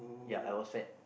ya I was fat